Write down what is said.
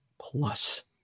Plus